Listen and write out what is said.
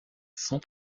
sans